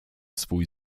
swój